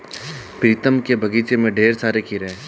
प्रीतम के बगीचे में ढेर सारे खीरे हैं